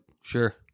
Sure